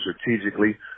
strategically